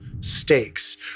stakes